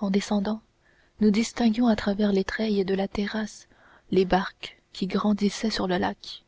en descendant nous distinguions à travers les treilles de la terrasse les barques qui grandissaient sur le lac